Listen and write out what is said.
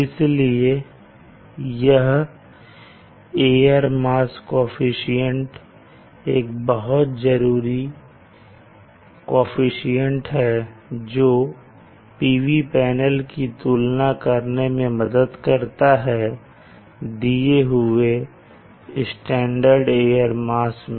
इसलिए यह air mass coefficient एक बहुत जरूरी कोअफिशन्ट है जो PV पैनल की तुलना करने में मदद करता है दिए हुए स्टैंडर्ड एयर मास में